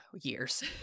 years